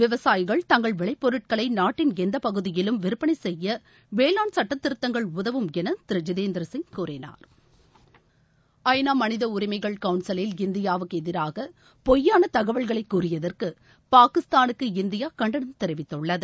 விவசாயிகள் தங்கள் விளைப்பொருட்களை நாட்டின் எந்தப்பகுதியிலும் விற்பனை செய்ய வேளாண் சட்டத்திருத்தங்கள் உதவும் என திரு ஜிதேந்திர சிங் கூறினார் ஐ நா மனித உரிமைகள் கவுன்சிலில் இந்தியாவுக்கு எதிராக பொய்யான தகவல்களை கூறியதற்கு பாகிஸ்தானுக்கு இந்தியா கண்டனம் தெரிவித்துள்ளது